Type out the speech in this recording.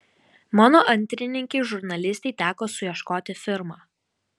mano antrininkei žurnalistei teko suieškoti firmą